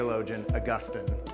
Augustine